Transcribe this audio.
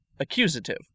Accusative